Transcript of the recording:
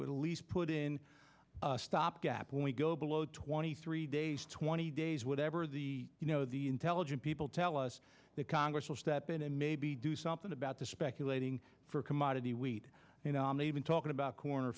would least put in a stop gap when we go below twenty three days twenty days whatever the you know the intelligent people tell us that congress will step in and maybe do something about the speculating for commodity wheat you know i'm not even talking about corn